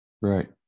Right